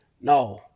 No